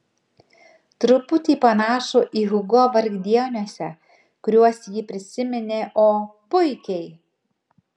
truputį panašų į hugo vargdieniuose kuriuos ji prisiminė o puikiai